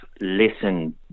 listen